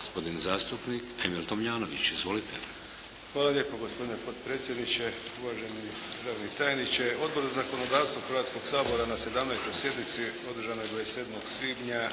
gospodin zastupnik Emil Tomljanović. Izvolite. **Tomljanović, Emil (HDZ)** Hvala lijepo gospodine potpredsjedniče, uvaženi državni tajniče. Odbor za zakonodavstvo Hrvatskog sabora na 17. sjednici održanoj 27. svibnja